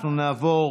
אנחנו נעבור